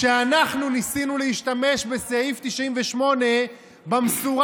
כשאנחנו ניסינו להשתמש בסעיף 98 במשורה.